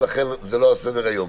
ולכן זה לא על סדר-היום בכלל.